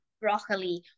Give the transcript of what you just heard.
broccoli